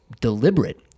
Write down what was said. deliberate